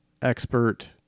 expert